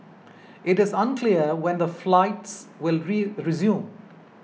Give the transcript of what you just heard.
it is unclear when the flights will resume